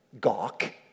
gawk